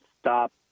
stop